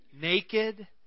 naked